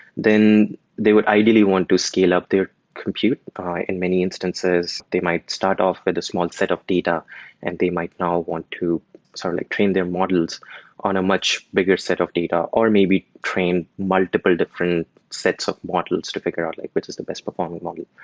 then they would ideally want to scale up their compute. in many instances, they might start off with a small set of data and they might now want to sort of like train their models on a much bigger set of data, or maybe train multiple different sets of models to figure out like which is the best performing model.